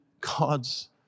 God's